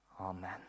amen